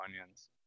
onions